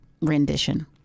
rendition